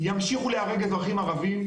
ימשיכו להיהרג אזרחים ערבים,